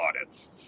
audits